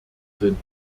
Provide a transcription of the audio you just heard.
sind